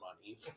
money